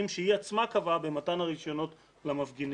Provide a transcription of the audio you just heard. שהיא עצמה קבעה במתן הרישיונות למפגינים.